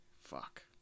Fuck